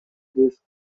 these